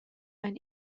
ein